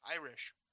Irish